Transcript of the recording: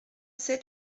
sept